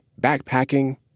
backpacking